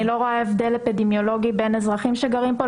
לא רואה הבדל אפידמיולוגי בין אזרחים שגרים כאן,